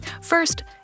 First